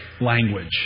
language